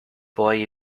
boy